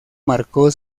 marcó